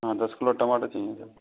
हाँ दस किलो टमाटर चाहिए सर